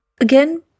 Again